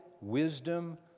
wisdom